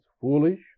foolish